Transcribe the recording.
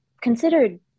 considered